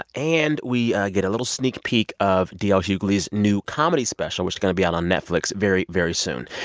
ah and we get a little sneak peek of d l. hughley's new comedy special, which is going to be out on netflix very, very soon.